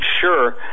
sure